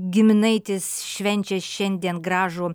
giminaitis švenčia šiandien gražų